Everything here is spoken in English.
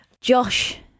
Josh